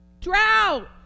drought